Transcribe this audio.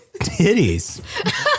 titties